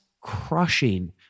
crushing